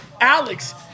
alex